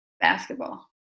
Basketball